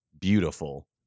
Beautiful